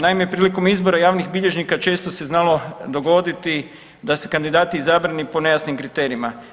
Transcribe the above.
Naime, prilikom izbora javnih bilježnika često se znalo dogoditi da su kandidati izabrani po nejasnim kriterijima.